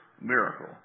miracle